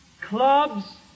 Clubs